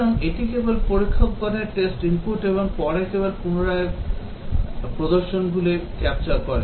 সুতরাং এটি কেবল পরীক্ষকগণের test input এবং পরে কেবল পুনরায় প্রদর্শনগুলি capture করে